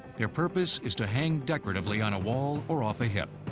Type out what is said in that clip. their purpose is to hang decoratively on a wall, or off a hip.